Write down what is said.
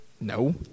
No